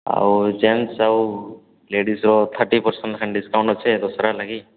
ଆଉ ଜେଣ୍ଟସ୍ ଆଉ ଲେଡ଼ିଜ୍ର ଥାର୍ଟି ପରସେଣ୍ଟ୍ ଡ଼ିସକାଉଣ୍ଟ ଅଛେ ଦଶହରା ଲାଗି